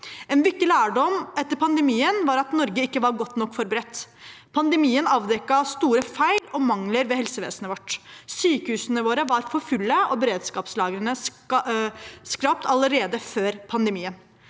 En viktig lærdom etter pandemien var at Norge ikke var godt nok forberedt. Pandemien avdekket store feil og mangler ved helsevesenet vårt. Sykehusene våre var for fulle, og beredskapslagrene skrapt allerede før pandemien.